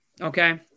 okay